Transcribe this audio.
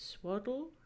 swaddle